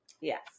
Yes